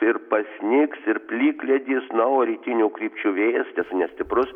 ir pasnigs ir plikledis na o rytinių krypčių vėjas nestiprus